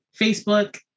Facebook